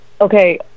okay